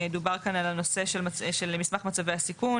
דובר על הנושא של מסמך מצבי הסיכון,